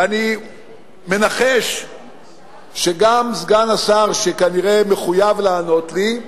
ואני מנחש שגם סגן השר, שכנראה מחויב לענות לי,